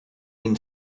been